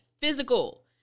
physical